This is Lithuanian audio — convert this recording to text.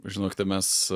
žinokite mes